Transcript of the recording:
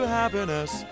happiness